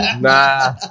nah